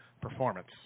performance